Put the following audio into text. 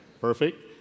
Perfect